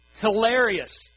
Hilarious